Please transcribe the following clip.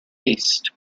east